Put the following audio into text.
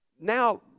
Now